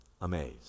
amazed